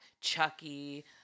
Chucky